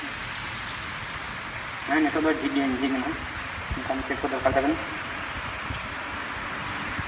ᱦᱮᱸ ᱱᱤᱛᱳᱜ ᱫᱚ ᱡᱷᱤᱡ ᱜᱮ ᱡᱷᱤᱡ ᱢᱮᱱᱟᱜᱼᱟ ᱢᱮᱱᱠᱷᱟᱱ ᱪᱮᱫ ᱠᱚ ᱫᱚᱨᱠᱟᱨ ᱛᱟᱵᱤᱱ